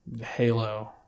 Halo